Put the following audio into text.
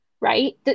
right